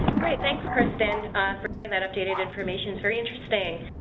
great, thanks kristin for and that updated information, it's very interesting.